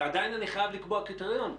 ועדין אני חייב לקבוע קריטריון.